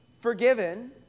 forgiven